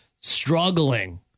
struggling